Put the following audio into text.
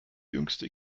jüngste